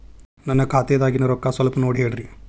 ನನ್ನ ಖಾತೆದಾಗಿನ ರೊಕ್ಕ ಸ್ವಲ್ಪ ನೋಡಿ ಹೇಳ್ರಿ